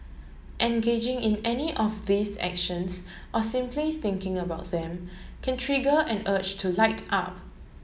Engaging in any of these actions or simply thinking about them can trigger an urge to light up